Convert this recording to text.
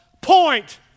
point